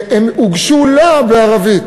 והם הוגשו לה בערבית.